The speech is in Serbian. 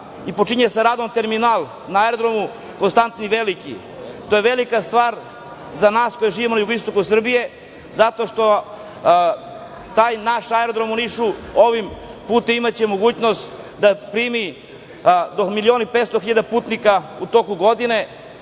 i počinje sa radom terminal na Aerodromu „Konstantin Veliki“. To je velika stvar za nas koji živimo na jugoistoku Srbije zato što taj naš aerodrom u Nišu ovim putem imaće mogućnost da primi do milion i 500 hiljada putnika u toku godine,